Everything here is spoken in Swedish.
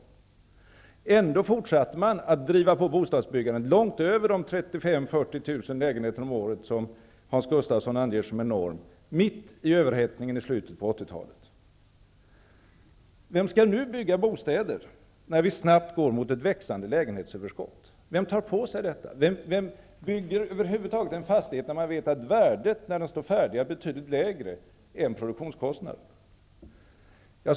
Man fortsatte ändå att driva på bostadsbyggandet långt över de Gustafsson anger som en norm mitt i överhettningen i slutet på 80-talet. Vem skall nu bygga bostäder när vi snabbt går mot ett växande lägenhetsöverskott? Vem tar på sig detta? Vem bygger över huvud taget en fastighet när man vet att värdet när den står färdig är betydligt lägre än produktionskostnaden?